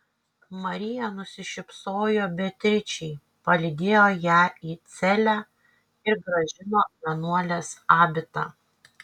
marija nusišypsojo beatričei palydėjo ją į celę ir grąžino vienuolės abitą